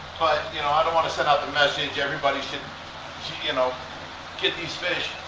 but you know i don't want to send out the message everybody should you know get these fish.